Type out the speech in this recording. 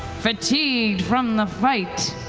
fatigued from the fight,